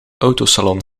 autosalon